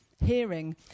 hearing